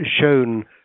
shown